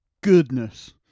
goodness